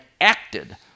acted